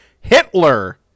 hitler